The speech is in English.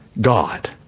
God